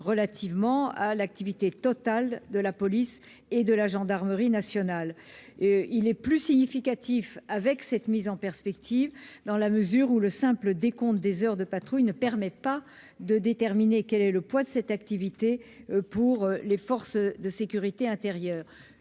dans l'activité totale de la police et de la gendarmerie nationales. Il est plus significatif avec cette mise en perspective, dans la mesure où le simple décompte des heures de patrouille ne permet pas de déterminer quel est le poids de cette activité pour les forces de sécurité intérieure.